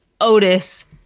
Otis